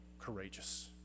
courageous